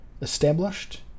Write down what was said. established